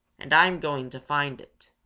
and i'm going to find it.